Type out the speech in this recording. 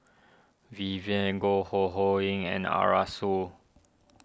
Vivien Goh Ho Ho Ying and Arasu